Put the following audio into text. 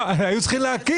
היו צריכים להקים.